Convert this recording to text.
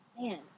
Man